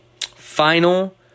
Final